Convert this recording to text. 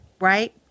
right